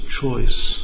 choice